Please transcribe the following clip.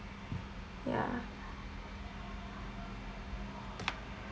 ya